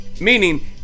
Meaning